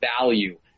value